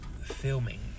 filming